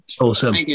awesome